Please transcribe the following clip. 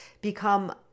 become